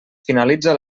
finalitza